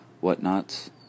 whatnots